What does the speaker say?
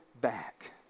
back